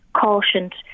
cautioned